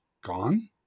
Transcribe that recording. gone